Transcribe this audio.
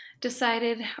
decided